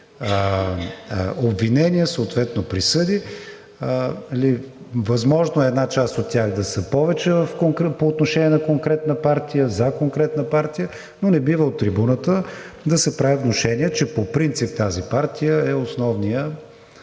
обвинения, съответно присъди. Възможно е една част от тях да са повече по отношение на конкретна партия, за конкретна партия, но не бива от трибуната да се прави внушение, че по принцип тази партия е основният,